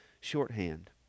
shorthand